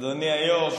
אדוני היו"ר,